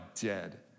dead